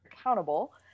accountable